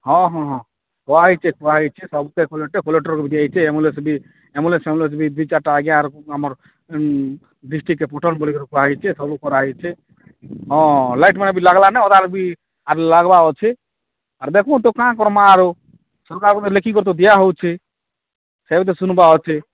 ହଁ ହଁ ହଁ କୁହା ହେଇଛେ କୁହା ହେଇଛେ ସବୁ ସେ କଲେକ୍ଟର୍ ଫଲେକ୍ଟର୍କୁ ସବୁ ଦିଆ ହେଇଛେ ଆମ୍ବୁଲାନ୍ସ ବି ଆମ୍ବୁଲାନ୍ସ ଫାମ୍ବୁଲାନ୍ସ ବି ଦୁଇ ଚାରିଟା ଆଜ୍ଞା ଆମର ଡିଷ୍ଟ୍ରିକ୍ଟ ଏପୁଟର ବୋଲିକିରି କୁହା ହେଇଛେ ସବୁ କରା ହେଇଛେ ହଁ ଲାଇଟ୍ ମାନ ବି ଲାଗିଲାନି ଅଧାରୁ ବି ଆର ଲାଗବା ଅଛେ ଆର ଦେଖୁନ ତୁ କା କରମା ଆରୁ ସରକାରକୁ ତ ଲେଖିକରି ଦିଆ ହେଉଛେ ସେଇ ତ ଶୁନ୍ବା ଅଛେ